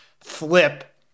flip